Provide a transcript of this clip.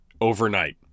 overnight